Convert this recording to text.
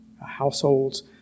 households